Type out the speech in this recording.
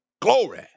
Glory